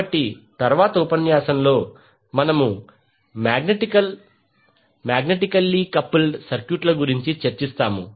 కాబట్టి తరువాతి ఉపన్యాసంలో మనము మాగ్నెటికల్లీ కపుల్డ్ సర్క్యూట్ల గురించి చర్చిస్తాము